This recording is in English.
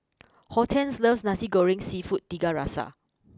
Hortense loves Nasi Goreng Seafood Tiga Rasa